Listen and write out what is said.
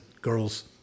girls